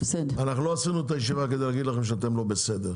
אנחנו לא עשינו את הישיבה כדי להגיד לכם שאתם לא בסדר,